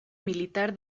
militar